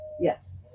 Yes